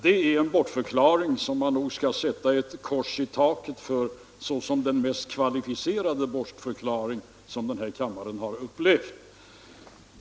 —- Det är en bortförklaring som man nog skall sätta ett kors i taket för såsom den mest kvalificerade bortförklaring den här kammaren har upplevt.